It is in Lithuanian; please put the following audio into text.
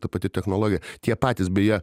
ta pati technologija tie patys beje